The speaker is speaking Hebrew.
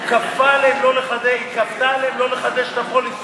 היא כפתה עליהן לא לחדש את הפוליסות.